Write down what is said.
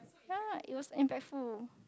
ya it was impactful